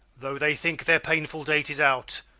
though they think their painful date is out,